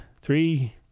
three